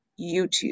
youtube